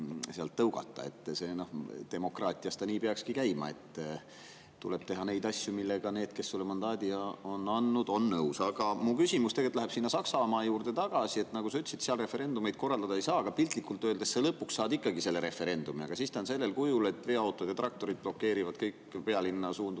sealt tõugata. Demokraatias nii peakski käima. Tuleb teha neid asju, millega need, kes sulle mandaadi on andnud, on nõus. Aga mu küsimus läheb Saksamaa juurde tagasi. Nagu sa ütlesid, seal referendumeid korraldada ei saa, aga piltlikult öeldes sa lõpuks saad ikkagi selle referendumi, aga sellel kujul, et veoautod ja traktorid blokeerivad kõik pealinna suunduvad